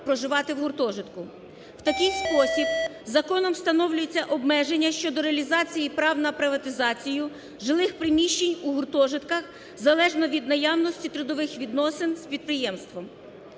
В такий спосіб законом встановлюється обмеження щодо реалізації прав на приватизації жилих приміщень у гуртожитках залежно від наявності трудових відносин з підприємством.